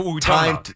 time